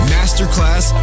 Masterclass